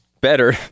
better